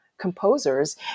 composers